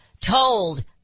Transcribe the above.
told